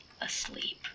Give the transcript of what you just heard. asleep